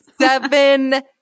Seven